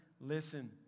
listen